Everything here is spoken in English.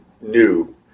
new